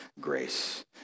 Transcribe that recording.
grace